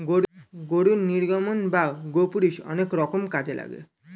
গরুর নির্গমন বা গোপুরীষ অনেক রকম কাজে লাগে